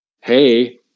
hey